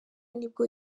nibwo